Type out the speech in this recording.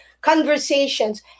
conversations